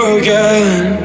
again